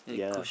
yeah